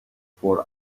fore